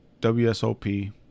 WSOP